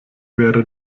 wäre